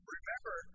Remember